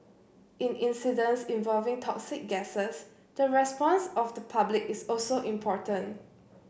in incidents involving toxic gases the response of the public is also important